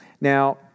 Now